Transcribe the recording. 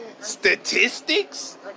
statistics